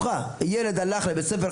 ילד הלך לבית הספר,